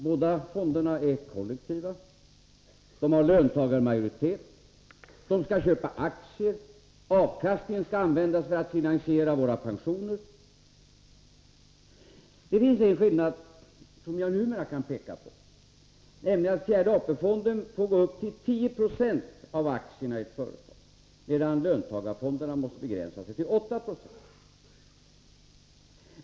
Båda fonderna är kollektiva, de har löntagarmajoritet, de skall köpa aktier och avkastningen skall användas för att finansiera våra pensioner. Det finns en skillnad som jag numera kan peka på, nämligen att fjärde AP-fonden får äga 10 96 av aktierna i ett företag, medan löntagarfonderna måste begränsa sig till 8 Zo.